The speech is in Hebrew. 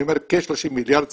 אני אומר כ-30 מיליארד,